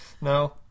No